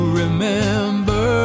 remember